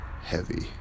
heavy